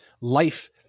life